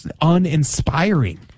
uninspiring